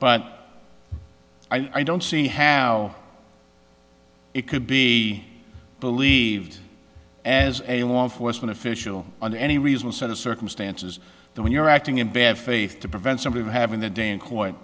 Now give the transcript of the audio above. but i don't see how it could be believed as a law enforcement official under any reason a set of circumstances when you're acting in bad faith to prevent somebody from having the day in court